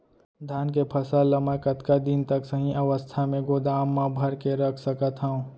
धान के फसल ला मै कतका दिन तक सही अवस्था में गोदाम मा भर के रख सकत हव?